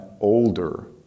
older